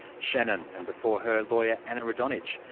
shannon, and before her, lawyer anna rodonic.